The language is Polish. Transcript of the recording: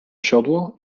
siodło